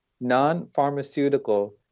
non-pharmaceutical